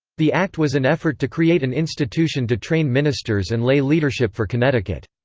the act was an effort to create an institution to train ministers and lay leadership for connecticut.